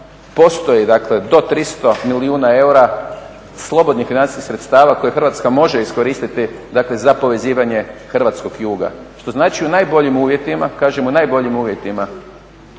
postoji dakle do 300 milijuna eura slobodnih financijskih sredstava koje Hrvatska može iskoristiti dakle za povezivanje hrvatskog juga, što znači u najboljim uvjetima, kažem u najboljim uvjetima